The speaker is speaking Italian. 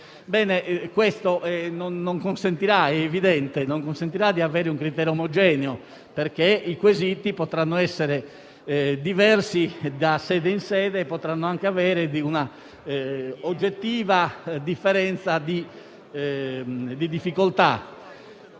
questo non consentirà di adottare un criterio omogeneo, perché i quesiti potranno essere diversi da sede in sede e potranno anche avere un'oggettiva differenza di difficoltà.